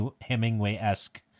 Hemingway-esque